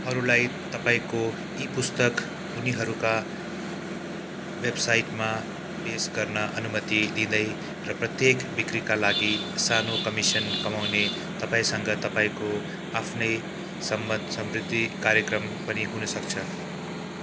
अरूलाई तपाइँको ई पुस्तक उनीहरूका वेबसाइटमा पेस गर्न अनुमति दिँदै र प्रत्येक बिक्रीका लागि सानो कमिसन कमाउने तपाईँँसँग तपाईँँको आफ्नै सम्बद्ध सम्बृदि कार्यक्रम पनि हुनसक्छ